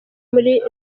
muri